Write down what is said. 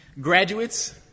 Graduates